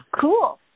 Cool